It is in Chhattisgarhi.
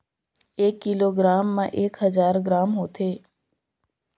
एक किलोग्राम म एक हजार ग्राम होथे